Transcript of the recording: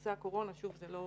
בנושא הקורונה, שוב, זה לא